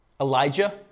Elijah